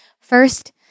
First